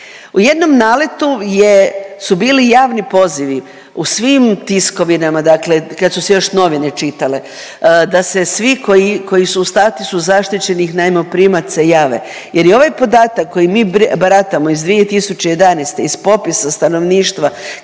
U jednom naletu je, su bili javni pozivi u svim tiskovinama, dakle kad su se još novine čitale, da se svi koji, koji su u statusu zaštićenih najmoprimaca jave. Jer je ovaj podatak kojim mi baratamo iz 2011. iz popisa stanovništva,